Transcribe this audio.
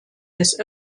des